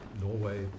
Norway